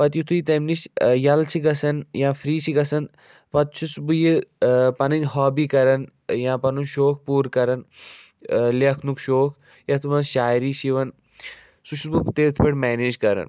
پَتہٕ یُتھٕے تَمہِ نِش ییٚلہٕ چھِ گَژھان یا فرٛی چھِ گَژھان پَتہٕ چھُس بہٕ یہِ پَنٕنۍ ہابی کَران یا پَنُن شوق پوٗرٕ کَران لیٚکھنُک شوق یَتھ منٛز شاعری چھِ یِوان سُہ چھُس بہٕ تِتھ پٲٹھۍ میٚنیچ کَران